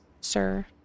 Sir